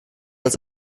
als